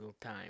time